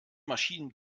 maschinen